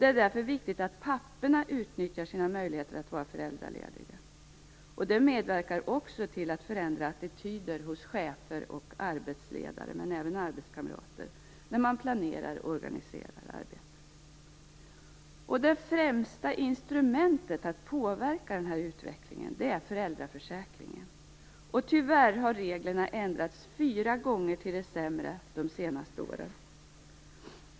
Det är därför viktigt att papporna utnyttjar sina möjligheter att vara föräldralediga. Det medverkar också till att förändra attityder hos chefer och arbetsledare liksom hos arbetskamrater när arbetet planeras och organiseras. Det främsta instrumentet för att påverka denna utveckling är föräldraförsäkringen. Tyvärr har reglerna ändrats fyra gånger till det sämre de senaste åren.